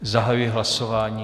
Zahajuji hlasování.